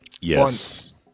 Yes